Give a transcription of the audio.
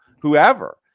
whoever